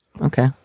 Okay